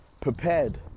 prepared